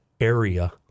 area